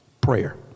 prayer